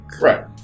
right